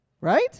Right